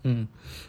mm